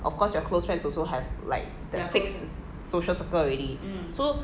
of course your close friends also have like the fixed social circle already so